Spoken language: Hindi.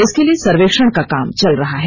इसके लिए सर्वेक्षण का काम चल रहा है